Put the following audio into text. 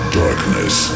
darkness